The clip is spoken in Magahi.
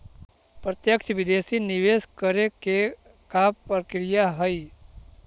प्रत्यक्ष विदेशी निवेश करे के का प्रक्रिया हइ?